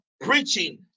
preaching